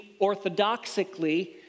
orthodoxically